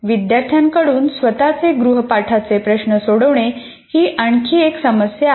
विद्यार्थ्यांकडून स्वतचे गृह पाठाचे प्रश्न सोडवणे ही आणखी एक समस्या आहे